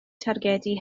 targedu